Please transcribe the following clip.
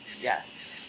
Yes